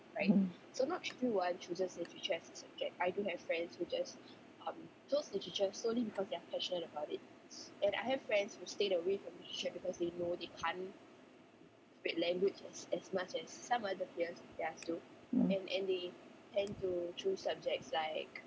mm mm